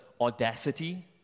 audacity